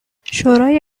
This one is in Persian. شورای